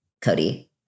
Cody